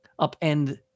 upend